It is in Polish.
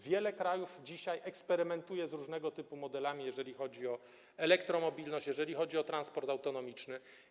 Wiele krajów dzisiaj eksperymentuje z różnego typu modelami, jeżeli chodzi o elektromobilność, jeżeli chodzi o transport autonomiczny.